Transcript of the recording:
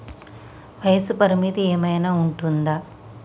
వయస్సు పరిమితి ఏమైనా ఉంటుందా?